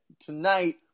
tonight